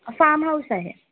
farm house आहे